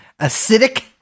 acidic